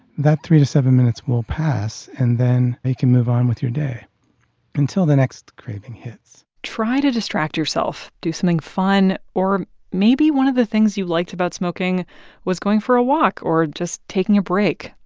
that three to seven minutes will pass. and then you can move on with your day until the next craving hits try to distract yourself. do something fun. or maybe one of the things you liked about smoking was going for a walk or just taking a break.